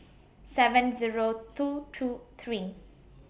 seven Zero two two three